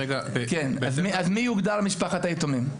אז מי יוגדר משפחת היתומים?